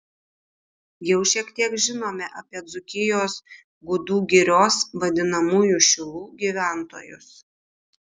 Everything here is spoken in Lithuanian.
jau šiek tiek žinome apie dzūkijos gudų girios vadinamųjų šilų gyventojus